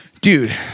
Dude